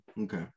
okay